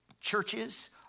Churches